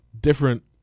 different